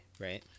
right